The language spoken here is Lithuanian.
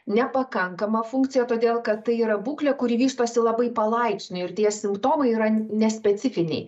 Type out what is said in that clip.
nepakankamą funkciją todėl kad tai yra būklė kuri vystosi labai palaipsniui ir tie simptomai yra nespecifiniai